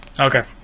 okay